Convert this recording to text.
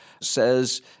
says